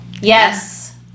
Yes